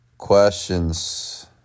Questions